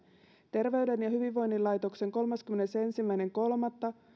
terveyden ja hyvinvoinnin laitoksen kolmaskymmenesensimmäinen kolmatta